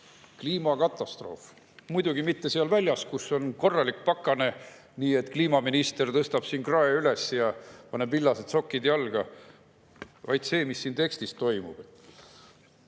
Kliimakatastroof muidugi mitte seal väljas, kus on korralik pakane, nii et kliimaminister tõstab krae üles ja paneb villased sokid jalga, vaid see, mis toimub